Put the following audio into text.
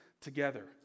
together